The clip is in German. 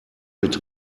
mit